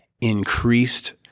increased